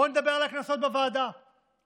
בואו נדבר בוועדה על הקנסות.